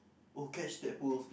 or catch tadpoles